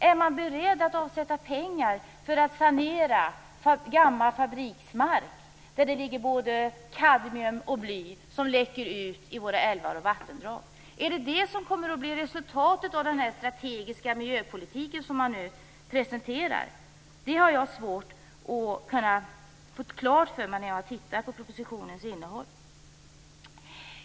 Är de beredda att avsätta pengar för att sanera gammal fabriksmark, där det ligger både kadmium och bly som läcker ut i älvar och vattendrag? Är det vad som kommer att bli resultatet av den strategiska miljöpolitik som man nu presenterar? Det har jag svårt att få klart för mig när jag tittar på propositionens innehåll.